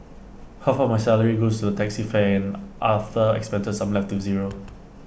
half of my salary goes to the taxi fare and after expenses I'm left to zero